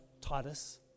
Titus